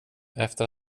efter